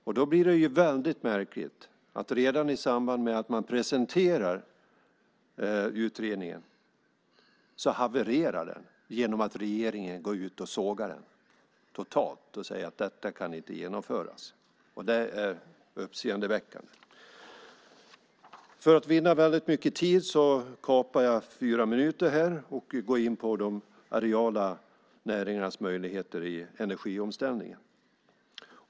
Därför blir det mycket märkligt att utredningen redan i samband med presentationen havererar. Regeringen går nämligen ut och sågar den totalt och säger att den inte kan genomföras. Det är uppseendeväckande. För att vinna tid kapar jag fyra minuter av mitt anförande och går direkt in på de areala näringarnas möjligheter i energiomställningen.